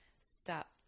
stop